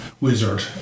wizard